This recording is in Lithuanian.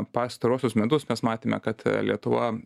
pastaruosius metus mes matėme kad lietuva